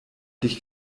dich